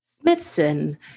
Smithson